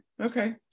Okay